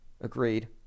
Agreed